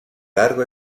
largo